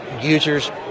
users